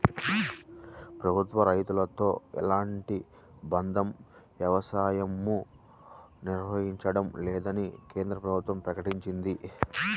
ప్రభుత్వం రైతులతో ఎలాంటి ఒప్పంద వ్యవసాయమూ నిర్వహించడం లేదని కేంద్ర ప్రభుత్వం ప్రకటించింది